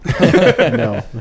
No